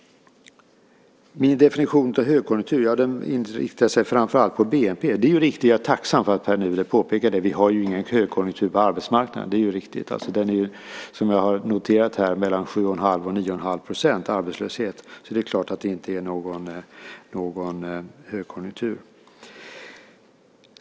Min definition av högkonjunkturen inriktas framför allt på bnp. Det är riktigt - jag är tacksam för att Pär Nuder påpekade det - att vi inte har en högkonjunktur på arbetsmarknaden. Arbetslösheten ligger på, som jag noterat här, 7,5-9,5 %, så det är klart att det inte är någon högkonjunktur.